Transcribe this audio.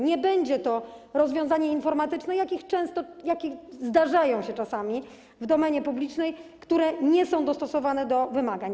Nie będzie to rozwiązanie informatyczne, jakie zdarzają się czasami w domenie publicznej, które nie są dostosowane do wymagań.